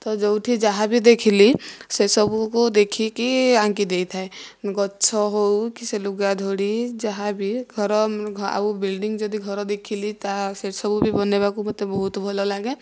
ତ ଯେଉଁଠି ଯାହା ବି ଦେଖିଲି ସେସବୁକୁ ଦେଖିକି ଆଙ୍କି ଦେଇଥାଏ ଗଛ ହେଉ କି ସେ ଲୁଗା ଧଡ଼ି ଯାହାବି ତ ଧର ଆଉ ବିଲଡ଼ିଙ୍ଗ ଯଦି ଘର ଦେଖିଲି ତା ସେସବୁ ବି ବନାଇବାକୁ ମୋତେ ବହୁତ ଭଲ ଲାଗେ